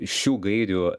šių gairių